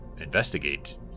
investigate